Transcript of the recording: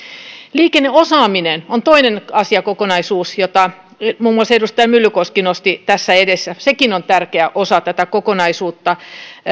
liikenneosaaminen on toinen asiakokonaisuus jota muun muassa edustaja myllykoski nosti tässä esille sekin on tärkeä osa tätä kokonaisuutta